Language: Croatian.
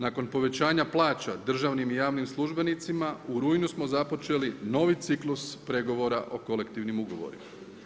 Nakon povećanja plaća državnim i javnim službenicima u rujnu smo započeli novi ciklus pregovora o kolektivnim ugovorima.